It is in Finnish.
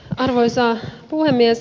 arvoisa puhemies